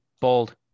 Bold